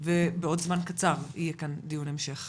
ובעוד זמן קצר יהיה כאן דיון המשך,